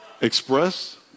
express